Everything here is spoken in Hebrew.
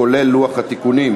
כולל לוח התיקונים,